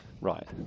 Right